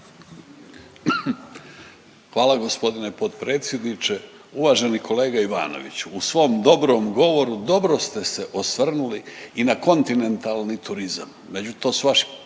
Hvala g. potpredsjedniče. Uvaženi kolega Ivanoviću, u svom dobrom govoru dobro ste se osvrnuli i na kontinentalni turizam,